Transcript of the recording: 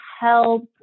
help